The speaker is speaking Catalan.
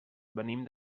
venim